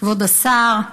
כבוד השר,